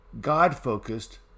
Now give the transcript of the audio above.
God-focused